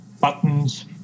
buttons